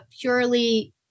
purely